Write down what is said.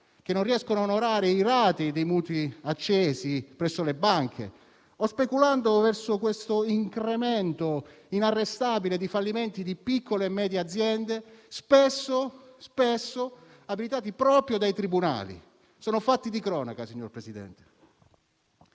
che non riescono a onorare le rate dei mutui accesi presso le banche, oppure sull’incremento inarrestabile di fallimenti di piccole e medie aziende, spesso abilitati proprio dai tribunali. Sono fatti di cronaca, signor Presidente.